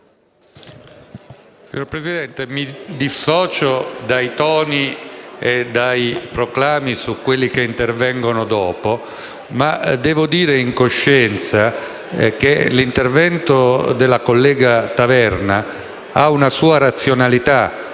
Signor Presidente, mi dissocio dai toni e dai proclami su quelli che interverranno dopo. In coscienza, l'intervento della collega Taverna ha una sua razionalità: